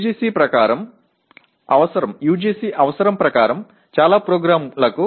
UGC தேவைக்கேற்ப பெரும்பாலான திட்டங்கள் ஒரு பாடத்திட்டத்தைக் கொண்டுள்ளன